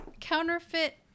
counterfeit